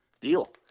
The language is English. Deal